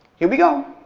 here we go.